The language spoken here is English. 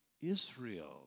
Israel